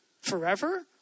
forever